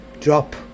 drop